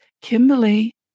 Kimberly